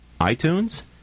iTunes